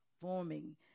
forming